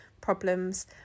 problems